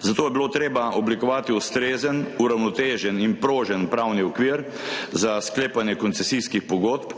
Zato je bilo treba oblikovati ustrezen, uravnotežen in prožen pravni okvir za sklepanje koncesijskih pogodb,